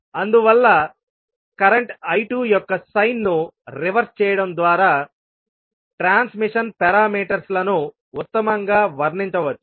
అందువల్ల current I2 యొక్క sign ను రివర్స్ చేయడం ద్వారా ట్రాన్స్మిషన్ పారామీటర్స్ లను ఉత్తమంగా వర్ణించవచ్చు